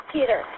Peter